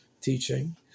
teaching